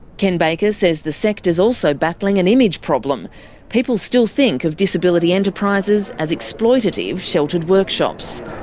ken baker says the sector is also battling an image problem people still think of disability enterprises as exploitative sheltered workshops.